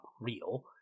real